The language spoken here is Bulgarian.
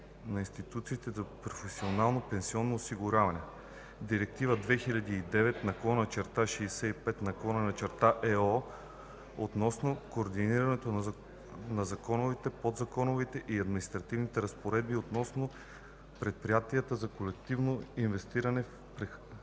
на институциите за професионално пенсионно осигуряване, Директива 2009/65/ЕО относно координирането на законовите, подзаконовите и административните разпоредби относно предприятията за колективно инвестиране в прехвърлими